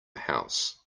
house